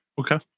okay